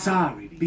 Sorry